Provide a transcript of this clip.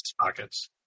pockets